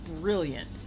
brilliant